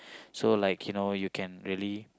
so like you know you can really